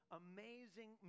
amazing